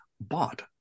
bought